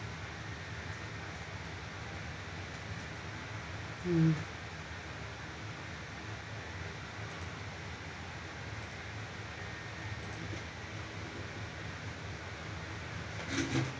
mm